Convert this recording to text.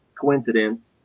coincidence